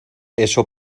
eso